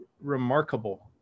remarkable